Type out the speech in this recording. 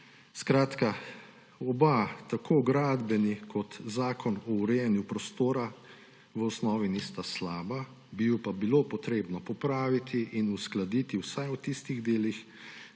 Oba, tako gradbeni kot zakon o urejanju prostora, v osnovi nista slaba, bi ju pa bilo potrebno popraviti in uskladiti vsaj v tistih delih,